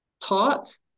taught